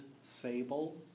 sable